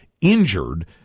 injured